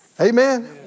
Amen